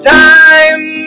time